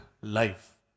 life